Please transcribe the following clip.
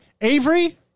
Avery